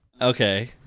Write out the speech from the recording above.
Okay